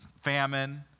famine